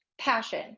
passion